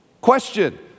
Question